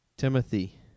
Timothy